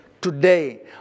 Today